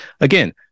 Again